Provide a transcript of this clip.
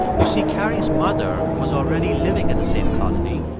you see, carrie's mother was already living at the same colony.